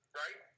right